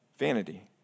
Vanity